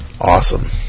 Awesome